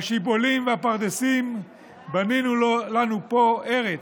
השיבולים והפרדסים בנינו לנו פה ארץ,